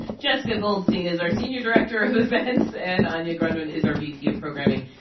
jessica goldstein is our senior director of events, and anya grundmann is our vp of programming.